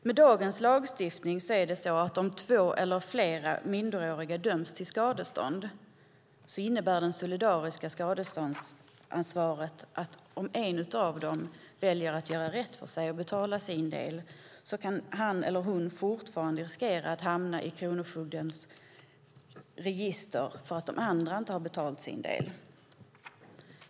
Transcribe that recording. Med dagens lagstiftning är det så att om två eller fler minderåriga döms till skadestånd innebär det solidariska skadeståndsansvaret att även om en av dem väljer att göra rätt för sig och betala sin del kan han eller hon fortfarande riskera att hamna i kronofogdens register om de andra inte har betalat sin del.